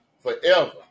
Forever